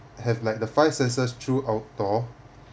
have like the five senses through outdoor